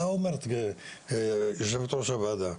מה אומרת, יושבת-ראש הוועדה?